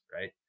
right